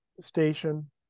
station